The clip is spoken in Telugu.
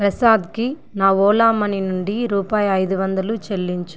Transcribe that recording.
ప్రసాద్కి నా ఓలా మనీ నుండి రూపాయి అయిదువందలు చెల్లించు